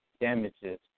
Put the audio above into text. damages